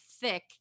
thick